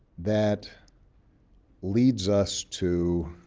that leads us to